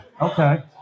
Okay